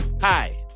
Hi